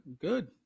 Good